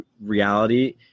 reality